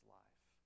life